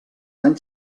anys